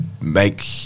make